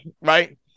right